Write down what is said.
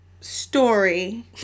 story